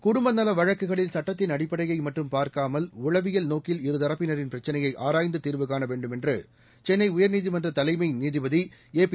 குடும்ப நல வழக்குகளில் சட்டத்தின் அடிப்படையை மட்டும் பார்க்காமல் உளவியல் நோக்கில் இருதரப்பினரின் பிரச்சினையை ஆராய்ந்து தீர்வு காண வேண்டும் என்று சென்னை உயர்நீதிமன்ற தலைமை நீதிபதி ஏபி